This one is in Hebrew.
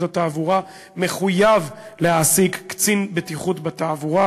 התעבורה מחויב להעסיק קצין בטיחות בתעבורה,